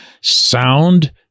sound